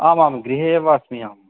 आमां गृहे एव अस्मि अहं